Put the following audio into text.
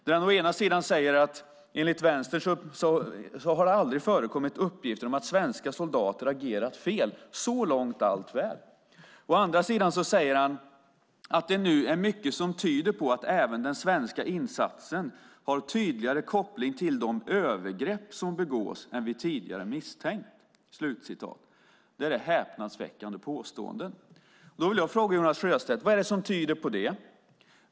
Han säger å ena sidan att det enligt Vänstern aldrig har förekommit uppgifter om att svenska soldater har agerat fel - så långt allt väl. Å andra sidan säger han att det nu är mycket som tyder på att även den svenska insatsen har tydligare koppling till de övergrepp som begås än vi tidigare misstänkt. Det är häpnadsväckande påståenden. Jag vill fråga Jonas Sjöstedt: Vad tyder på detta?